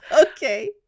okay